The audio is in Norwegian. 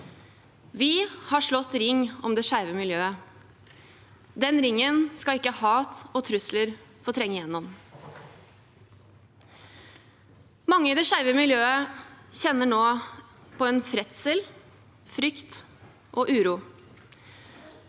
Vi har slått ring om det skeive miljøet. Den ringen skal ikke hat og trusler få trenge igjennom. Mange i det skeive miljøet kjenner nå på redsel, frykt og uro.